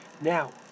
Now